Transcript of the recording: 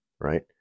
right